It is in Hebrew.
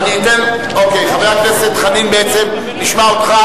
אוקיי, חבר הכנסת חנין, בעצם נשמע אותך.